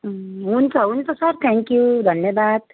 हुन्छ हुन्छ sir thank you धन्यवाद